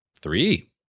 Three